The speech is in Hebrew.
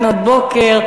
לפנות בוקר,